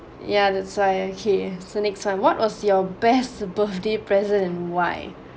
yeah that's why okay so next one what was your best birthday present why